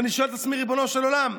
ואני שואל את עצמי: ריבונו של עולם,